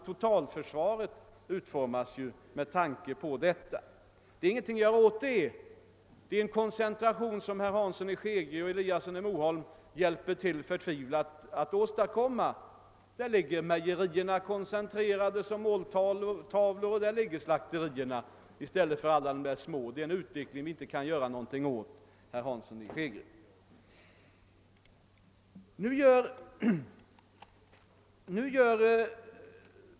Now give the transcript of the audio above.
Totalförsvaret utformas emellertid med tanke härpå. Det är ingenting att göra åt den här saken, och herr Hansson i Skegrie och herr Eliasson i Moholm hjälper i hög grad till att åstadkomma den ifrågavarande utvecklingen. Mejerierna och slakterierna ligger koncentrerade till tätorter och är goda måltavlor. Men den utvecklingen kan vi som sagt inte göra någonting åt.